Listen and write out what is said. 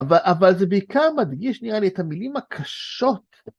אבל זה בעיקר מדגיש, נראה לי, את המילים הקשות.